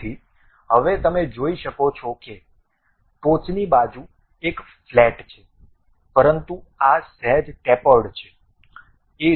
તેથી હવે તમે જોઈ શકો છો કે ટોચની બાજુ એક ફ્લેટ છે પરંતુ આ સહેજ ટેપર્ડ છે